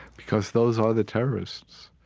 because those are the terrorists.